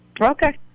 Okay